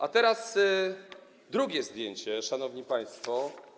A teraz drugie zdjęcie, szanowni państwo.